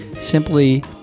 simply